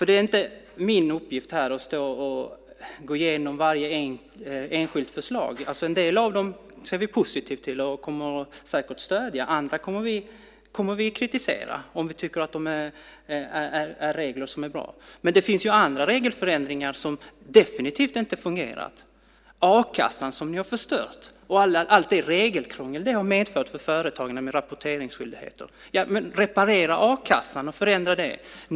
Det är inte min uppgift att stå här och gå igenom varje enskilt förslag. En del av dem ser vi positivt på och kommer säkert att stödja. Andra kommer vi att kritisera om vi tycker att det är regler som är bra som de är. Men det finns andra regelförändringar som definitivt inte fungerat, till exempel inom a-kassan som ni har förstört, och allt det regelkrångel med rapporteringsskyldigheter som det har medfört för företagarna. Reparera a-kassan och förändra det!